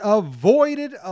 avoided